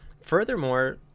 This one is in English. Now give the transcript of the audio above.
furthermore